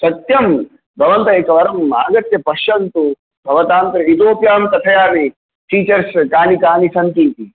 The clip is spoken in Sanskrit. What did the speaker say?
सत्यं भवन्तः एकवारम् आगत्य पश्यन्तु भवतां तर्हि इतोपि अहं कथयामि फीचर्स् कानि कानि सन्ति इति